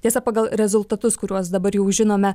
tiesa pagal rezultatus kuriuos dabar jau žinome